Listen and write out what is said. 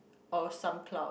or some cloud